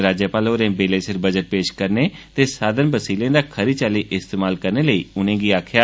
राज्यपाल होरें बेल्ले सिर बजट पेश करने ते साधन वसीलें दा खरी चाल्ली इस्तेमाल करने लेई आक्खेया